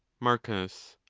marcus.